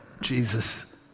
Jesus